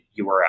URL